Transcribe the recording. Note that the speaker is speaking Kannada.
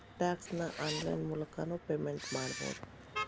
ಟ್ಯಾಕ್ಸ್ ನ ಆನ್ಲೈನ್ ಮೂಲಕನೂ ಪೇಮೆಂಟ್ ಮಾಡಬೌದು